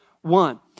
one